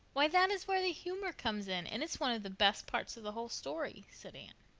why, that is where the humor comes in, and it's one of the best parts of the whole story, said anne.